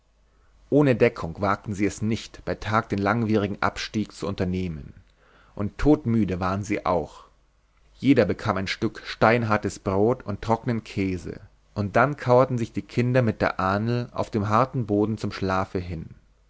ohne deckung wagten sie es nicht bei tag den langwierigen abstieg zu unternehmen und todmüde waren sie auch jeder bekam ein stück steinhartes brot und trockenen käse und dann kauerten sich die kinder mit der ahnl auf dem harten boden zum schlafe hin